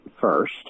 first